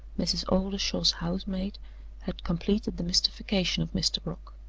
mrs. oldershaw's house-maid had completed the mystification of mr. brock.